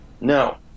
No